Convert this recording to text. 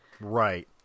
Right